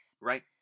right